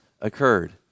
occurred